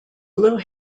blue